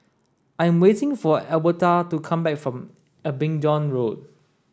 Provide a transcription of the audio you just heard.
I'm waiting for Albertha to come back from Abingdon Road